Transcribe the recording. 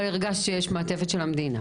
אבל הרגשת שיש מעטפת של המדינה.